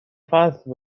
فصل